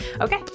Okay